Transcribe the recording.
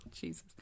Jesus